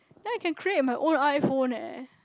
then I can create my own iPhone leh